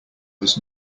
was